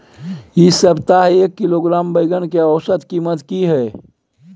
इ सप्ताह एक किलोग्राम बैंगन के औसत कीमत की हय?